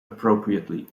appropriately